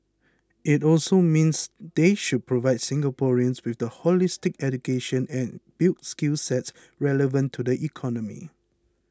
it also means they should provide Singaporeans with a holistic education and build skill sets relevant to the economy